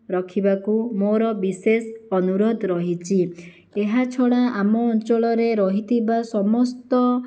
ରଖିବାକୁ ମୋର ବିଶେଷ ଅନୁରୋଧ ରହିଛି ଏହାଛଡ଼ା ଆମ ଅଞ୍ଚଳରେ ରହିଥିବା ସମସ୍ତ